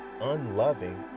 unloving